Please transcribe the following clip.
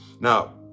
now